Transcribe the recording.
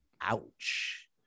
Ouch